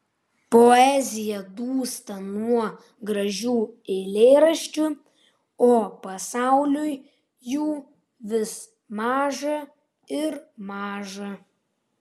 poezija dūsta nuo gražių eilėraščių o pasauliui jų vis maža ir maža